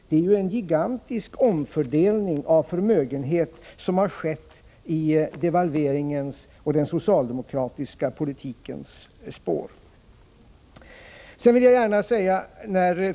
Det är en gigantisk omfördelning av förmögenhet som har skett i devalveringens och den socialdemokratiska politikens spår.